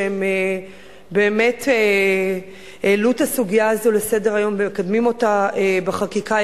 שהם באמת העלו את הסוגיה הזאת על סדר-היום והם מקדמים אותה בחקיקה,